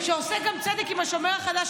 שעושה גם צדק עם השומר החדש,